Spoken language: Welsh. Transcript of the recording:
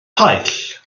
paill